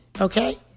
Okay